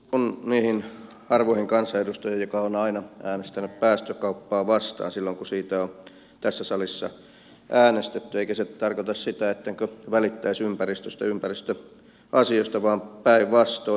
kuulun niihin harvoihin kansanedustajiin jotka ovat aina äänestäneet päästökauppaa vastaan silloin kun siitä on tässä salissa äänestetty eikä se tarkoita sitä ettenkö välittäisi ympäristöstä ympäristöasioista vaan päinvastoin